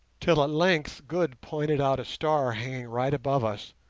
till at length good pointed out a star hanging right above us,